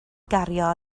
gario